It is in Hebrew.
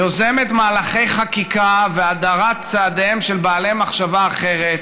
יוזמת מהלכי חקיקה והדרת צעדיהם של בעלי מחשבה אחרת,